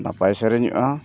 ᱱᱟᱯᱟᱭ ᱥᱮᱨᱮᱧᱚᱜᱼᱟ